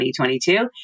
2022